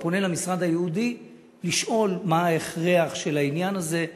הוא פונה למשרד הייעודי לשאול מה ההכרח של העניין הזה,